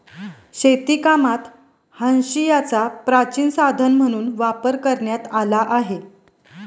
शेतीकामात हांशियाचा प्राचीन साधन म्हणून वापर करण्यात आला आहे